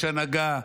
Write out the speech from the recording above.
יש הנהגה,